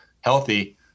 healthy